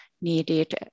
needed